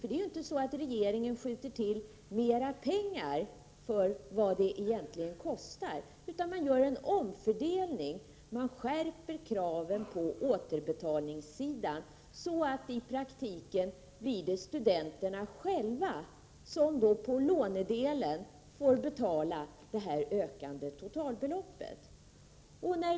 Det är inte så att regeringen skjuter till mera pengar med tanke på vad det egentligen kostar, utan det görs en omfördelning: man skärper kraven på återbetalningssidan, så att det i praktiken blir studenterna själva som på lånedelen får betala ökningen av totalbeloppet.